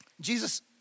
Jesus